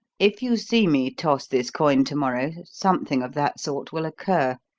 if you see me toss this coin to-morrow, something of that sort will occur.